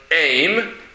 aim